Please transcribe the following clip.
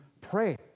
pray